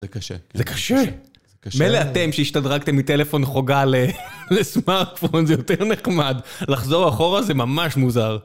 זה קשה. זה קשה! מלא אתם שהשתדרקתם מטלפון חוגה לסמארפון, זה יותר נחמד. לחזור אחורה זה ממש מוזר.